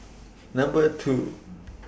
Number two